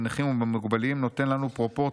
בנכים ובמוגבלים נותן לנו פרופורציות,